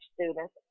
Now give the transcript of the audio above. students